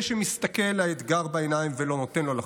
זה שמסתכל לאתגר בעיניים ולא נותן לו לחמוק.